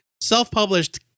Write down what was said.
self-published